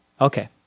okay